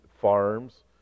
farms